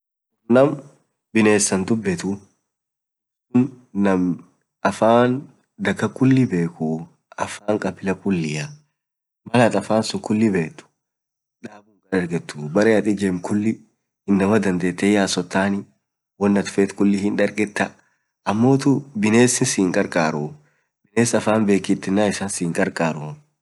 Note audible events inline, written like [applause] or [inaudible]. naam binessan dubet, naam afaan kulii bekuu, afaan woan kulia, malatin afaan kulii bedh [hesitation] baree atin ijemt woan atin feet kulii hindargetaa, amotuu binesin sii hinkarkaruu, biness affan bekitaa issan sihinkarkaruu.